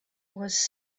was